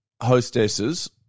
hostesses